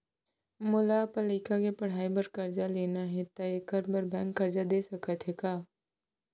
मोला अपन लइका के पढ़ई बर करजा लेना हे, त एखर बार बैंक करजा दे सकत हे का?